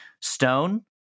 stone